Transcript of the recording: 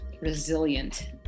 resilient